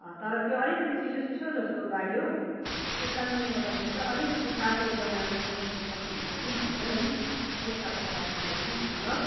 तर त्यो अलिकति चिसो चिसो जस्तो लाग्यो हौ त्यसकारणले गर्दाखेरि चाहिँ अलिकति तातो बनाएर पठाइदिनु सक्नुहुन्छ कि भनेर नि अलिक तातो बनाएर पठाइदिनुहोस् न ल